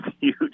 huge